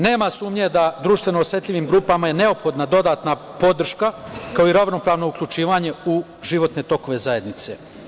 Nema sumnje da je društveno osetljivim grupama neophodna dodatna podrška, kao i ravnopravno uključivanje u životne tokove zajednice.